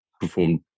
performed